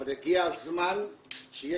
אבל הגיע הזמן שיהיה